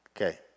Okay